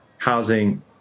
housing